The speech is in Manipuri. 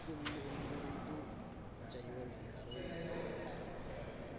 ꯀꯨꯟꯍꯨꯝꯗꯣꯏꯗꯨ ꯆꯌꯣꯜꯒꯤ ꯑꯔꯣꯏꯕꯗ ꯇꯥꯕꯔꯥ